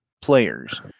players